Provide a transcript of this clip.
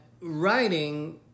writing